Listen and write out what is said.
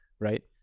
right